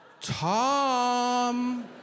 Tom